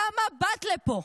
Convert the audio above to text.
למה באת לפה?